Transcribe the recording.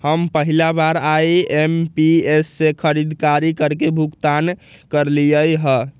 हम पहिला बार आई.एम.पी.एस से खरीदारी करके भुगतान करलिअई ह